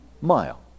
mile